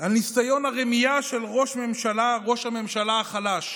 על ניסיון הרמייה של ראש ממשלה, ראש הממשלה החלש,